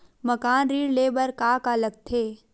मकान ऋण ले बर का का लगथे?